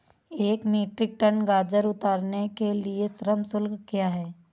एक metric ton गाजर उतारने के लिए श्रम शुल्क क्या है?